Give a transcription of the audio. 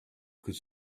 could